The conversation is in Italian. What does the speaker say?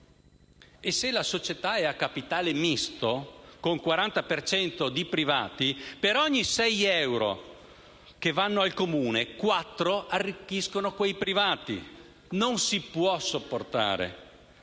E se la società è a capitale misto, con un 40 per cento di privati, per ogni sei euro che vanno al Comune, quattro arricchiscono quei privati. Non si può sopportare.